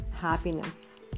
happiness